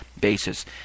basis